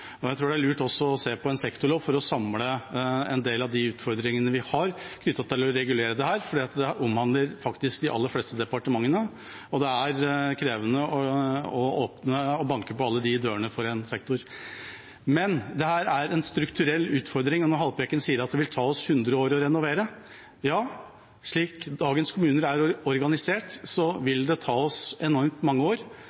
oppgradere. Jeg tror også det er lurt å se på en sektorlov for å samle en del av de utfordringene vi har knyttet til å regulere dette, for det omhandler faktisk de aller fleste departementene, og det er krevende for en sektor å banke på alle de dørene. Men dette er en strukturell utfordring, og når representanten Haltbrekken sier at det vil ta oss hundre år å renovere: Ja, slik dagens kommuner er organisert, vil